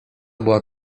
była